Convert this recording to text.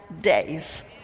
days